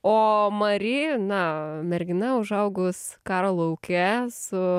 o mari na mergina užaugus karo lauke su